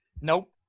Nope